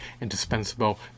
indispensable